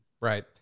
Right